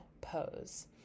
pose